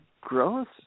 growth